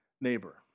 neighbor